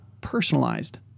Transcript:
personalized